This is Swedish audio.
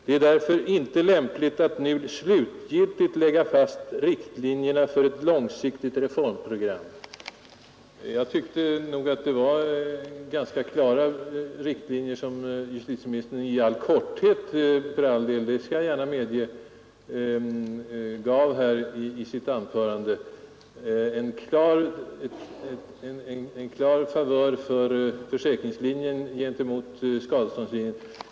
——— Det är därför inte lämpligt att nu slutgiltigt lägga fast riktlinjerna för ett långsiktigt reformprogram.” Jag tycker nog att det trots detta uttalande i propositionen var ganska klara riktlinjer för reformarbetet som justitieministern — i all korthet för all del, det skall jag gärna medge — nu gav i sitt anförande här: en klar favör för försäkringslinjen gentemot skadeståndslinjen.